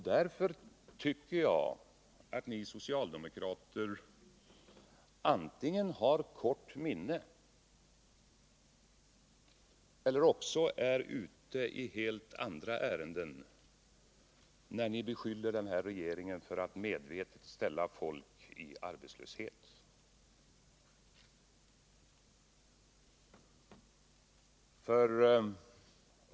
Därför tycker jag att ni socialdemokrater antingen har kort minne eller också är ute i andra ärenden när ni beskyller den här regeringen för att medvetet försätta folk i arbetslöshet.